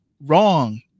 wrong